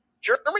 Germany